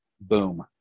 boom